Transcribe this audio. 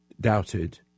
doubted